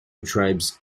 tribes